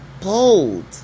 bold